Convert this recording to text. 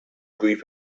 group